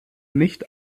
nicht